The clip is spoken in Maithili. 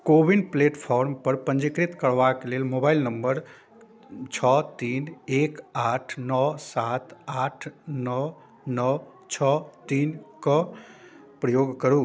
कोविन प्लेटफार्मपर पञ्जीकृत करबाके लेल मोबाइल नम्बर छओ तीन एक आठ नओ सात आठ नओ नओ छओ तीनके प्रयोग करू